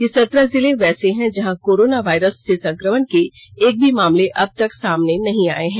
ये सत्रह जिले वैसे हैं जहां कोरोना वायरस से संक्रमण के एक भी मामले अबतक सामने नहीं आये हैं